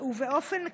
באופן כללי,